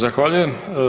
Zahvaljujem.